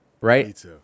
right